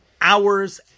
hours